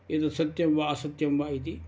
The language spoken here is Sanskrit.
एतत् सत्यं वा असत्यं वा इति